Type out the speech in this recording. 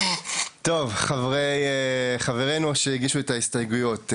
טוב, חברינו שהגישו את ההסתייגויות.